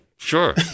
Sure